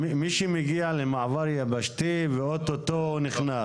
מי שמגיע למעבר יבשתי וכמעט נכנס,